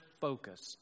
focus